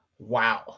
Wow